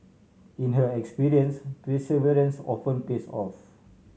in her experience perseverance often pays off